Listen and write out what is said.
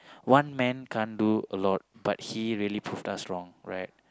one man can't do a lot but he really proved us wrong right